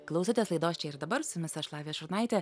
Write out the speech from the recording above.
klausotės laidos čia ir dabar su jumis aš lavija šurnaitė